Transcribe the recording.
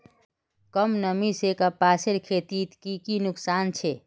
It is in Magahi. कम नमी से कपासेर खेतीत की की नुकसान छे?